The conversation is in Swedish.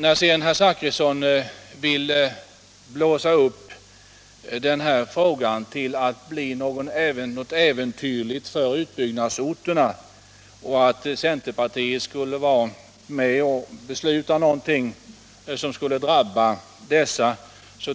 När herr Zachrisson sedan vill blåsa upp den här frågan till att bli något äventyrligt för utbyggnadsorterna och att centerpartiet skulle vara med om att besluta något som skulle drabba dessa, så